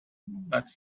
but